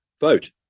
vote